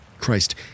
Christ